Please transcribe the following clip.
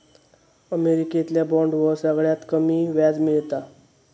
अमेरिकेतल्या बॉन्डवर सगळ्यात कमी व्याज मिळता